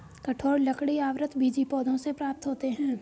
कठोर लकड़ी आवृतबीजी पौधों से प्राप्त होते हैं